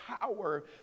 power